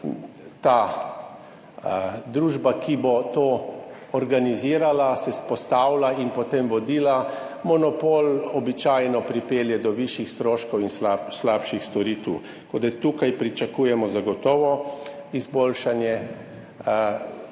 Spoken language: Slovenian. ta družba, ki bo to organizirala, postavila in potem vodila. Monopol običajno pripelje do višjih stroškov in slabših storitev. Tako, da tukaj pričakujemo zagotovo izboljšanje